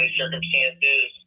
circumstances